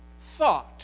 thought